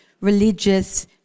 religious